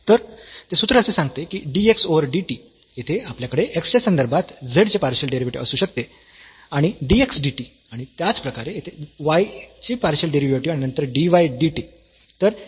तर ते सूत्र असे सांगते की dx ओव्हर dt येथे आपल्याकडे x च्या संदर्भात फंक्शन z चे पार्शियल डेरिव्हेटिव्ह असू शकते आणि dx dt आणि त्याचप्रकारे येथे y चे पार्शियल डेरिव्हेटिव्ह आणि नंतर dy dt